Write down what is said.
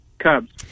cubs